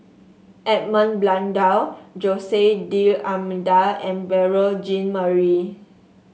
Edmund Blundell Jose D'Almeida and Beurel Jean Marie